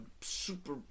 super